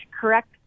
correct